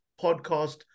podcast